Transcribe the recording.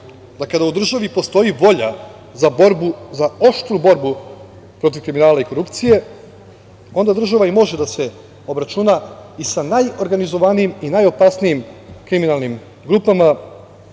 da kada u državi postoji volja za borbu, za oštru borbu protiv kriminala i korupcije, onda država i može da se obračuna i sa najorganizovanijim i najopasnijim kriminalnim grupama,